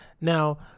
Now